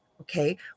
okay